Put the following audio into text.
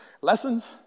Lessons